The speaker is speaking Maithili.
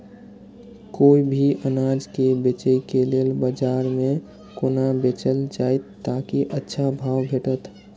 कोय भी अनाज के बेचै के लेल बाजार में कोना बेचल जाएत ताकि अच्छा भाव भेटत?